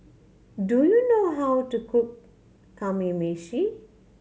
do you know how to cook Kamameshi